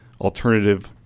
alternative